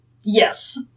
Yes